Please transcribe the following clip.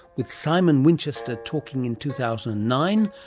with simon winchester talking in two thousand and nine,